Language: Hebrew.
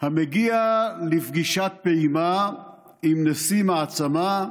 / המגיע לפגישת פעימה / עם נשיא מעצמה.